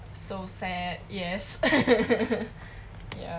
so sad yes ya